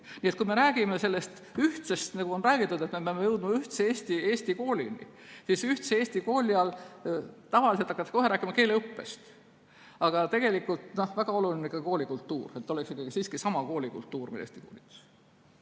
Nii et kui me räägime sellest, nagu on räägitud, et me peame jõudma ühtse Eesti koolini, siis ühtse Eesti kooli all tavaliselt hakatakse kohe rääkima keeleõppest, aga tegelikult väga oluline on ka koolikultuur, see, et oleks siiski sama koolikultuur. Heiki